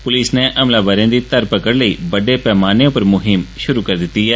police नै हमलावरें दी घरपकड़ लेई बड्डे पैमाने उप्पर मुहिम शुरू करी दित्ती ऐ